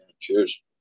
Cheers